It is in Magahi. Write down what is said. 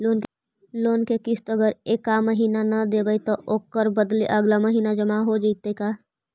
लोन के किस्त अगर एका महिना न देबै त ओकर बदले अगला महिना जमा हो जितै का?